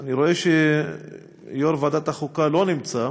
אני רואה שיושב-ראש ועדת החוקה לא נמצא,